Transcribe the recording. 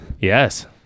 Yes